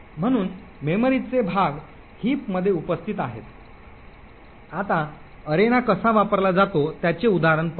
म्हणून मेमरी चे भाग हिप मध्ये उपस्थित आहेत आता अरेना कसा वापरला जातो त्याचे उदाहरण पाहू